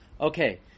Okay